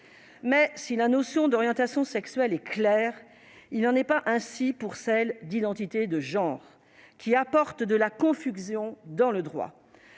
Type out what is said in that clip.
Galles. Si la notion d'orientation sexuelle est claire, il n'en est pas ainsi de celle d'identité de genre, qui apporte de la confusion dans le droit.